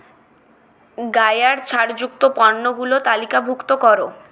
গায়ার ছাড় যুক্ত পণ্যগুলো তালিকাভুক্ত কর